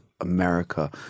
America